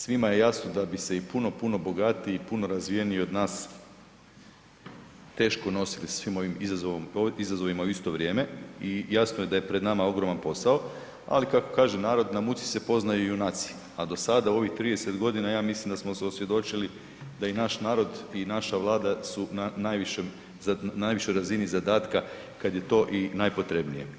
Svima je jasno da bi se i puno, puno bogatiji i puno razvijeniji od nas teško nosili svim ovim izazovima u isto vrijeme i jasno je da je pred nama ogroman posao, ali kako kaže narod „Na muci se poznaju junaci“, a do sada u ovih 30 godina ja mislim da smo se osvjedočili da i naš narod i naša Vlada su na najvišoj razini zadatka kada je to i najpotrebnije.